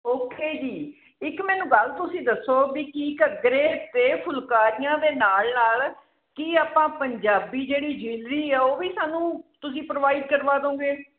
okay ਜੀ ਇੱਕ ਮੈਨੂੰ ਗੱਲ ਤੁਸੀਂ ਦੱਸੋ ਵੀ ਕੀ ਘੱਗਰੇ ਅਤੇ ਫੁਲਕਾਰੀਆਂ ਦੇ ਨਾਲ ਨਾਲ ਕੀ ਆਪਾਂ ਪੰਜਾਬੀ ਜਿਹੜੀ ਜਿਊਲਰੀ ਆ ਉਹ ਵੀ ਸਾਨੂੰ ਤੁਸੀਂ ਪ੍ਰੋਵਾਈਡ ਕਰਵਾ ਦਿਉਂਗੇ